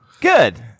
good